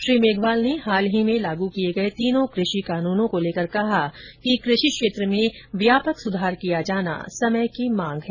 श्री मेघवाल ने हाल ही में लागू किए गए तीनों कृषि कानूनों को लेकर कहा कि कृषि क्षेत्र में व्यापक सुधार किया जाना समय की मांग है